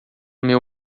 meu